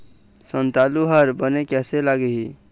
संतालु हर बने कैसे लागिही?